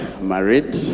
married